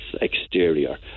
exterior